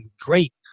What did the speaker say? great